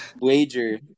wager